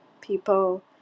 people